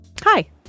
Hi